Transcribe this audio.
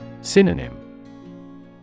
Synonym